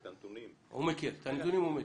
את הנתונים הוא מכיר.